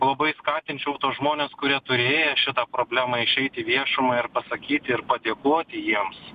labai skatinčiau žmonės kurie turėję šitą problemą išeit į viešumą ir pasakyti ir padėkoti jiems